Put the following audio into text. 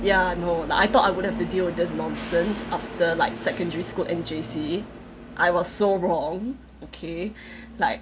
ya no like I thought I wouldn't have to deal with this nonsense after like secondary school and J_C I was so wrong okay like